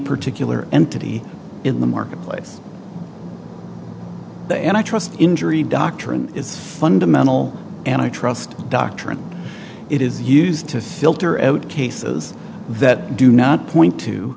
particular entity in the marketplace they and i trust injury doctrine is fundamental and i trust doctrine it is used to filter out cases that do not point to